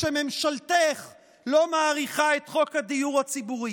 כשממשלתך לא מאריכה את חוק הדיור הציבורי?